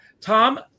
Tom